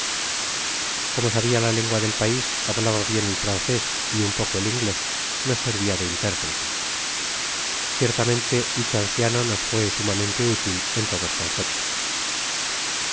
como sabia la lengua del pais hablaba bien el francés y un poco el inglés nos servia de intérprete ciertamente dicho anciano nos fué sumamente útil en todos conceptos